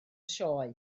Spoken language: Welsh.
sioe